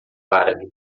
árabe